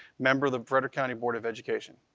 member of the frederick county board of education.